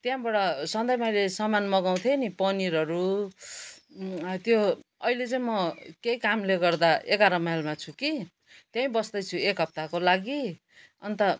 त्यहाँबाट सधैँ मैले सामान मगाउँथे नि पनिरहरू त्यो अहिले चाहिँ म केही कामले गर्दा एगार माइलमा छु कि त्यही बस्दैछु एक हप्ताको लागि अन्त